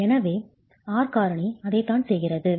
எனவே R காரணி அதைத்தான் செய்கிறது